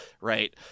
right